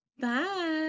bye